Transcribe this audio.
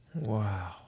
Wow